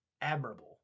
admirable